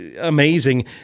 amazing